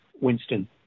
Winston